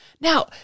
Now